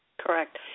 Correct